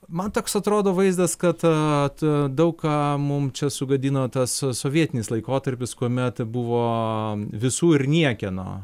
man toks atrodo vaizdas kad aa ta daug ką mums čia sugadino tas sovietinis laikotarpis kuomet buvo visų ir niekieno